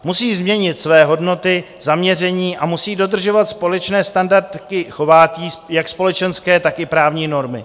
Musí změnit své hodnoty, zaměření a musí dodržovat společné standardy chování, jak společenské, tak i právní normy.